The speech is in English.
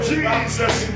Jesus